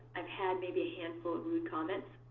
i've had maybe a handful of rude comments,